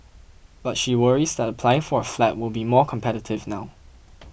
but she worries that applying for a flat will be more competitive now